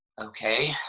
Okay